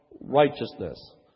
righteousness